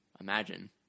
Imagine